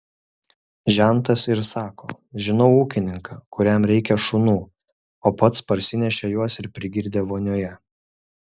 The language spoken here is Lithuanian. žentas ir sako žinau ūkininką kuriam reikia šunų o pats parsinešė juos ir prigirdė vonioje